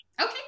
Okay